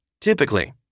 Typically